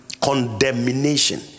condemnation